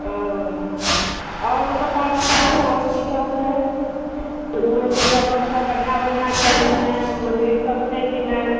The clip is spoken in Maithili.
ओ आओर ओतुका बताबू आओर कि सब छै घुमैके जगह सब बढ़िआँ बढ़िआँ छै कि नहि मन्दिर सब छै कि नहि